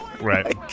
right